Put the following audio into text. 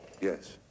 Yes